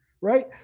Right